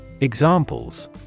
examples